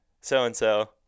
so-and-so